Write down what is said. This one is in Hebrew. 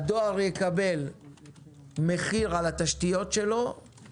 המידתיות יכולה להיות כזאת,